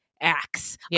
acts